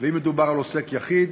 ואם מדובר על עוסק יחיד,